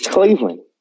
Cleveland